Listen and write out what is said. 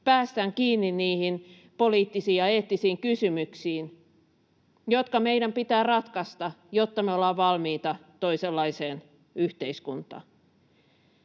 päästään kiinni niihin poliittisiin ja eettisiin kysymyksiin, jotka meidän pitää ratkaista, jotta me ollaan valmiita toisenlaiseen yhteiskuntaan.